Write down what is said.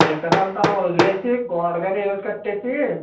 మిగతాదంతాను వదిలేసి గోడగాని ఏదొకటి కట్టేసి